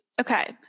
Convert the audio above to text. Okay